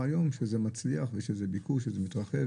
היום שזה מצליח ושיש לזה ביקוש וזה מתרחב.